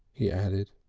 he added.